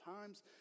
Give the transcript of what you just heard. times